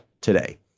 today